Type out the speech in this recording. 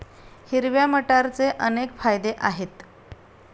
हिरव्या मटारचे अनेक फायदे आहेत